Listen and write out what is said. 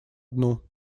дну